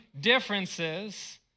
differences